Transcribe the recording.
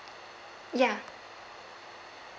ya